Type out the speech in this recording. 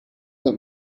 that